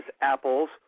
apples